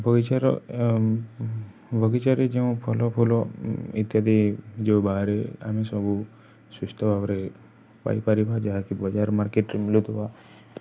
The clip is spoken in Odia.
ବଗିଚାର ବଗିଚାରେ ଯେଉଁ ଫଲ ଫୁଲ ଇତ୍ୟାଦି ଯୋଉଁ ବାହାରେ ଆମେ ସବୁ ସୁସ୍ଥ ଭାବରେ ପାଇପାରିବା ଯାହାକି ବଜାର ମାର୍କେଟ୍ରେ ମଳୁଥିବା